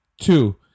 Two